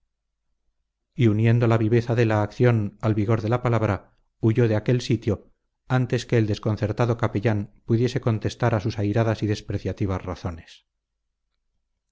y uniendo la viveza de la acción al vigor de la palabra huyó de aquel sitio antes que el desconcertado capellán pudiese contestar a sus airadas y despreciativas razones